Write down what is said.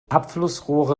abflussrohre